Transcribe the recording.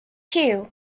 cue